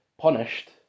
punished